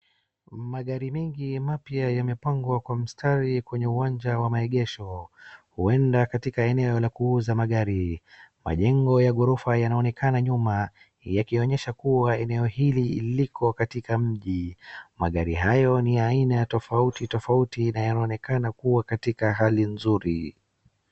Magari mengi mapya yamepangwa kwa mstari kwenye uwanja wa maegesho. Huenda katika eneo la kuuza magari. Majengo ya ghorofa yanaonekana nyuma yakionyesha kuwa eneo hili liko katika mji. Magari hayo ni ya aina tofauti tofauti na yanaonekana kuwa katika hali nzuri.